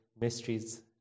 mysteries